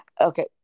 Okay